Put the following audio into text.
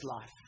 life